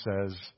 says